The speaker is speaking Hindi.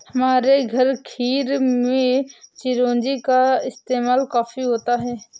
हमारे घर खीर में चिरौंजी का इस्तेमाल काफी होता है